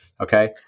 Okay